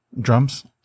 drums